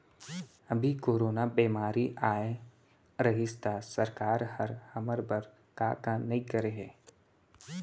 अभी कोरोना बेमारी अए रहिस त सरकार हर हमर बर का का नइ करे हे